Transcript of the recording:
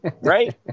right